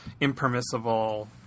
impermissible